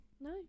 No